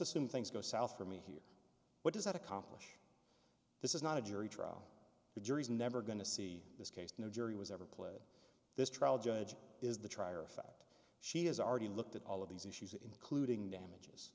assume things go south for me here what does that accomplish this is not a jury trial the jury is never going to see this case no jury was ever played in this trial judge is the trier of fact she has already looked at all of these issues including damages